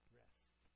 rest